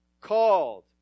called